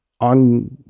on